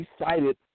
excited